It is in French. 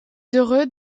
heureux